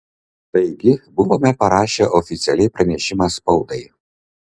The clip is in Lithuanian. taigi buvome parašę oficialiai pranešimą spaudai